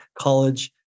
college